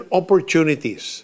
opportunities